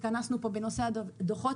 התכנסנו פה בנושא הדוחות,